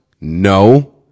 No